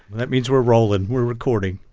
that means we're rolling. we're recording